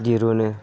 दिहुनो